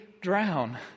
drown